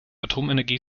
atomenergie